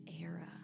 era